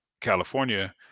California